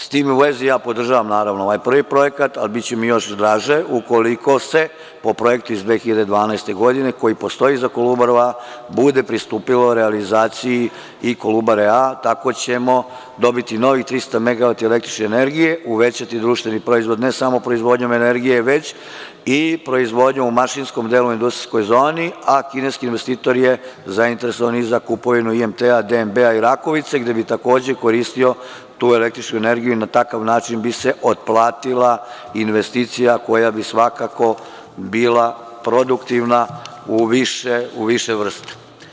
S tim u vezi, ja podržavam naravno, ovaj prvi projekat, a biće mi još draže, ukoliko se po projektu iz 2012. godine, koji postoji za Kolubaru A, bude pristupilo realizaciji i Kolubare A, tako ćemo dobiti novih 300 MW električne energije, uvećati društveni proizvod ne samo proizvodnjom energije već i proizvodnjom u mašinskom delu u industrijskoj zoni, a kineski investitor je zainteresovan i za kupovinu IMT, DMB i Rakovice, gde bi takođe koristio tu električnu energiju i na takav način bi seotplatila investicija koja bi svakako bila produktivna u više vrsta.